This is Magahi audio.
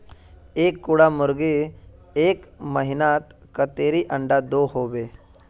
एक कुंडा मुर्गी एक महीनात कतेरी अंडा दो होबे?